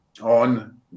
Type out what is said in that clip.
On